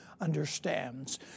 UNDERSTANDS